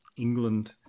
England